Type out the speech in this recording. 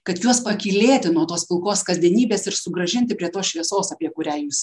kad juos pakylėti nuo tos pilkos kasdienybės ir sugrąžinti prie tos šviesos apie kurią jūs